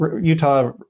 Utah